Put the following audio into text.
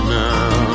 now